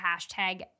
hashtag